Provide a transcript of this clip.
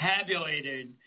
tabulated